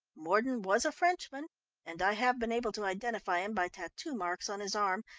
mordon was a frenchman and i have been able to identify him by tattoo marks on his arm,